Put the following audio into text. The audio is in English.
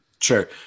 Sure